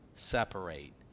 separate